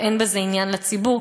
אבל אין בזה עניין לציבור.